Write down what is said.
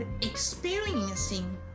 experiencing